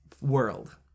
world